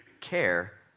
care